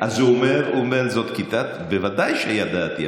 אז הוא אומר: בוודאי שידעתי,